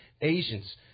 Asians